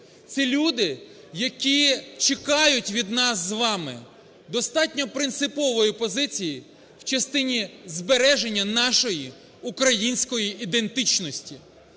це люди, які чекають від нас з вами достатньо принципової позиції в частині збереження нашої української ідентичності.